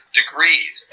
degrees